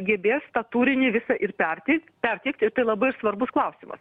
gebės tą turinį visą ir perteikt perteikt ir tai labai svarbus klausimas